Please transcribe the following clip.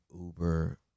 uber